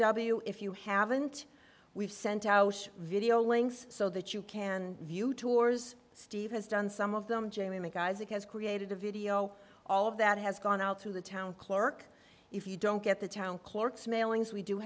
w if you haven't we've sent out video links so that you can view tours steve has done some of them jamie make isaac has created a video all of that has gone out through the town clerk if you don't get the town clerk's mailings we do